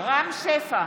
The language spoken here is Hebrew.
רם שפע,